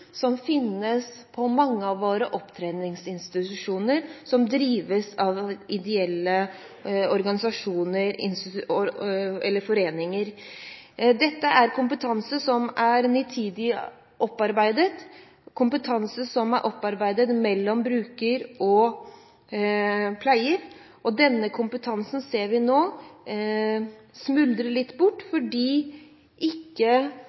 som finnes på mange av våre opptreningsinstitusjoner som drives av ideelle organisasjoner eller foreninger. Dette er kompetanse som er nitid opparbeidet – kompetanse som er opparbeidet mellom bruker og pleier. Denne kompetansen ser vi nå smuldre litt bort fordi opptreningsinstitusjonene ikke